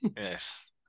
Yes